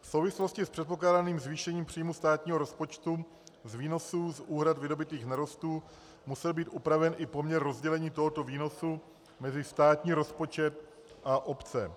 V souvislosti s předpokládaným zvýšením příjmu státního rozpočtu z výnosů z úhrad vydobytých nerostů musel být upraven i poměr rozdělení tohoto výnosu mezi státní rozpočet a obce.